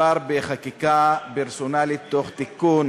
מדובר בחקיקה פרסונלית, תוך תיקון